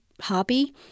Hobby